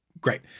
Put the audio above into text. Great